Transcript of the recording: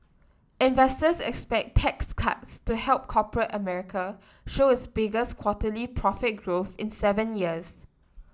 investors expect tax cuts to help corporate America show its biggest quarterly profit growth in seven years